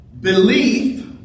belief